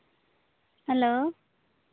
hello